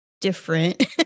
different